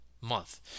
month